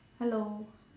hello